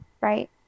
right